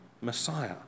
Messiah